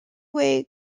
way